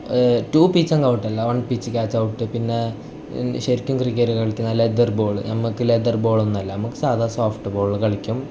two pitch എങ്കിൽ out അല്ല one pitch catch out പിന്നെ ശരിക്കും ക്രിക്കറ്റ് കളിക്കുന്നത് അല്ല ലെതർ ബോൾ നമുക്ക് ലെതർ ബോൾ ഒന്നുമല്ല നമുക്ക് സാദാ സോഫ്റ്റ് ബോൾ കളിക്കും